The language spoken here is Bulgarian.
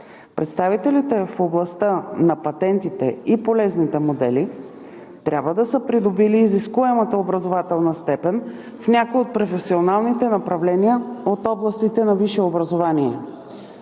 Представителите в областта на патентите и полезните модели трябва да са придобили изискуемата образователна степен в някое от професионалните направления от областите на висше образование